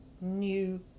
new